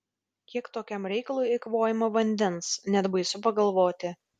kiek tokiam reikalui eikvojama vandens net baisu pagalvoti